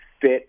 fit